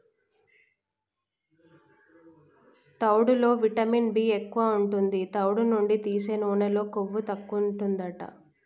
తవుడులో vitamin B ఎక్కువు ఉంటది, తవుడు నుండి తీసే నూనెలో కొవ్వు తక్కువుంటదట